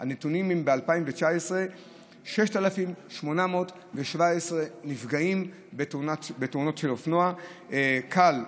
הנתונים מ-2019 הם 6,817 נפגעים בתאונות אופנוע: פגיעות קלות,